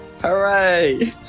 hooray